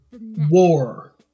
war